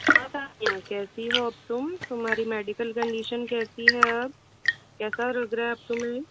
हाँ तान्या कैसी हो तुम तुम्हारी मेडिकल कन्डिशन कैसी है अब कैसा लग रहा है अब तुम्हें